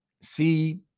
see